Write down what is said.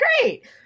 great